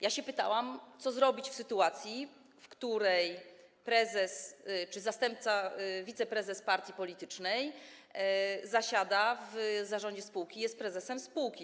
Ja pytałam, co zrobić w sytuacji, w której prezes czy zastępca, wiceprezes partii politycznej zasiada w zarządzie spółki, jest prezesem spółki.